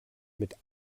mit